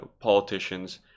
politicians